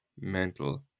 Mental